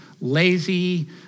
lazy